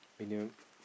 minimum